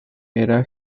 era